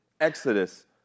Exodus